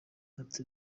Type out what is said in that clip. ati